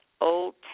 Old